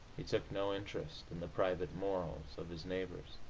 took no interest in the private morals of his neighbors.